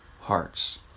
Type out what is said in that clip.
hearts